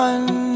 One